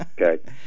Okay